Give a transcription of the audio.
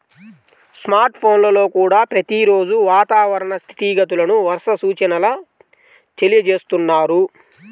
smart ఫోన్లల్లో కూడా ప్రతి రోజూ వాతావరణ స్థితిగతులను, వర్ష సూచనల తెలియజేస్తున్నారు